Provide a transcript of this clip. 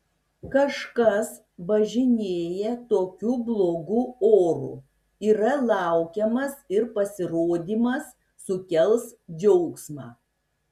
kažkas važinėja tokiu blogu oru yra laukiamas ir pasirodymas sukels džiaugsmą